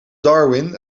darwin